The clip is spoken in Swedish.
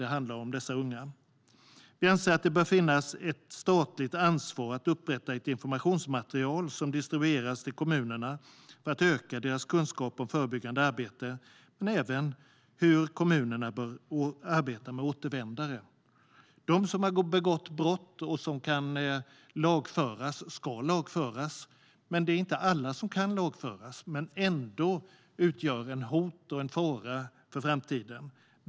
Vi anser att det bör vara ett statligt ansvar att framställa ett informationsmaterial som distribueras till kommunerna för att öka deras kunskap om förebyggande arbete men även om hur kommunerna bör arbeta med återvändare. De som har begått brott och kan lagföras ska lagföras. Det är inte alla som kan lagföras men som ändå utgör ett hot och en fara för framtiden.